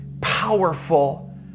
powerful